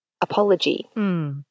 apology